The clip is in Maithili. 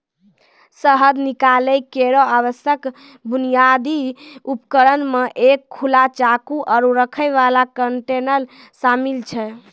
शहद निकालै केरो आवश्यक बुनियादी उपकरण म एक खुला चाकू, आरु रखै वाला कंटेनर शामिल छै